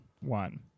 one